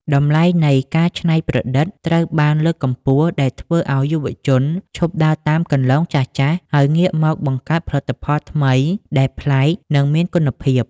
តម្លៃនៃ "ការច្នៃប្រឌិត"ត្រូវបានលើកកម្ពស់ ដែលធ្វើឱ្យយុវជនឈប់ដើរតាមគន្លងចាស់ៗ ហើយងាកមកបង្កើតផលិតផលថ្មីដែលប្លែក និងមានគុណភាព។